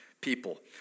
people